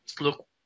look